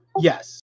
Yes